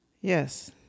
yes